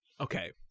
Okay